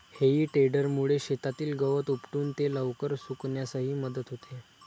हेई टेडरमुळे शेतातील गवत उपटून ते लवकर सुकण्यासही मदत होते